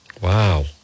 Wow